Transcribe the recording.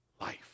life